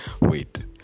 wait